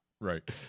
Right